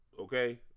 okay